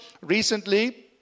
recently